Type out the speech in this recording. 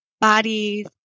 bodies